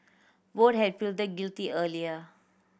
both had pleaded guilty earlier